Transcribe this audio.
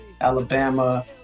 Alabama